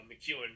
McEwen